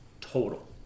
total